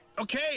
Okay